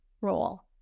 role